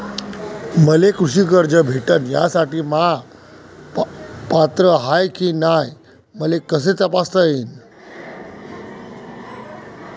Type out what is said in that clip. मले कृषी कर्ज भेटन यासाठी म्या पात्र हाय की नाय मले कस तपासता येईन?